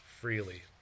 freely